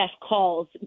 calls